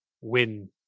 win